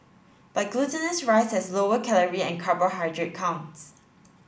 but glutinous rice has lower calorie and carbohydrate counts